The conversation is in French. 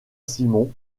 simmons